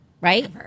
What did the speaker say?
right